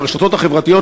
ברשתות החברתיות,